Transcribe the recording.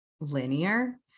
linear